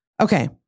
Okay